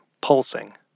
pulsing